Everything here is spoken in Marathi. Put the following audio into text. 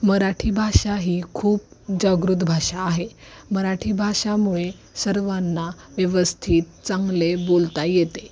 मराठी भाषा ही खूप जागृत भाषा आहे मराठी भाषामुळे सर्वांना व्यवस्थित चांगले बोलता येते